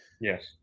yes